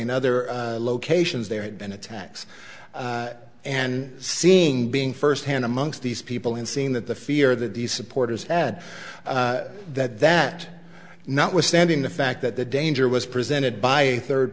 in other locations there had been attacks and seen being first hand amongst these people and seen that the fear that these supporters add that that notwithstanding the fact that the danger was presented by third